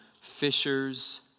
fishers